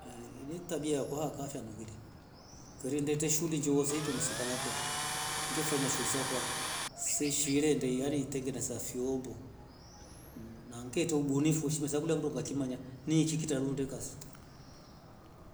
Ini tabia kwakwa shandu ngili keri ngele shuuli ngefanya shuuli sakwa seshirende tengeta sha viombo hu na ngete ubunifu ngesakulia ndo nga kimanya niiki kitarunde kasi.